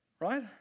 right